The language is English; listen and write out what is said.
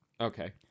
okay